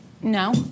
No